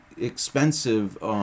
expensive